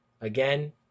Again